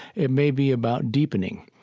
it may be about deepening.